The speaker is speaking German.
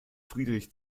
friedrich